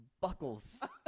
buckles